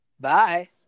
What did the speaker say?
Bye